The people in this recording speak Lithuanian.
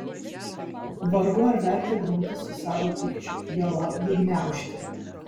vargu ar verta grumtis su savo pykčiu juolab jį gniaužti